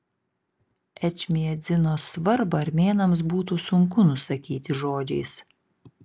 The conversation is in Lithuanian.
ečmiadzino svarbą armėnams būtų sunku nusakyti žodžiais